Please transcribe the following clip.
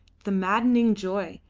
the maddening joy,